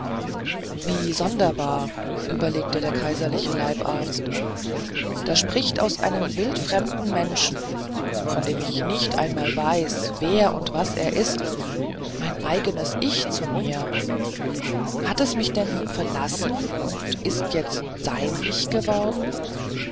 wie sonderbar überlegte der kaiserliche leibarzt da spricht aus einem wildfremden menschen von dem ich nicht einmal weiß wer und was er ist mein eigenes ich zu mir hat es mich denn verlassen und ist es jetzt sein ich geworden